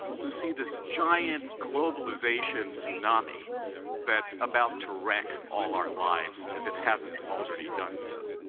who see this giant globalization tsunami that's about to wreck all our lives if it hasn't already done so.